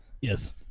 Yes